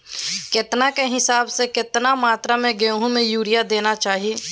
केतना के हिसाब से, कितना मात्रा में गेहूं में यूरिया देना चाही?